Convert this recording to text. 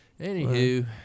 anywho